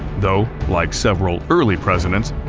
though like several early presidents,